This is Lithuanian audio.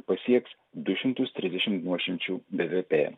pasieks du šimtus trisdešimt nuošimčių bvp